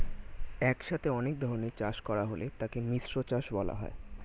একসাথে অনেক ধরনের চাষ করা হলে তাকে মিশ্র চাষ বলা হয়